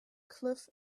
cliff